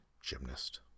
gymnast